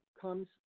comes